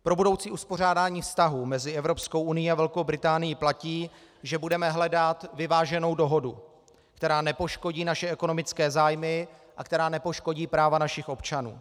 Pro budoucí uspořádání vztahů mezi Evropskou unií a Velkou Británií platí, že budeme hledat vyváženou dohodu, která nepoškodí naše ekonomické zájmy a která nepoškodí práva našich občanů.